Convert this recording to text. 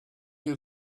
you